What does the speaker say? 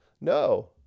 No